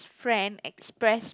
friend express